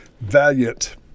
valiant